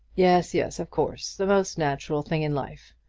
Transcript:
yes, yes of course. the most natural thing in life.